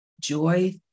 joy